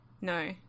No